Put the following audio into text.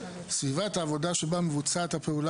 למעשה זה בכלל שואל על שאלת הפיקוח,